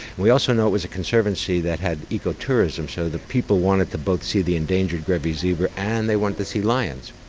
we also know it was a conservancy that had ecotourism, so the people wanted to both see the endangered grevy's zebra and they want to see clients.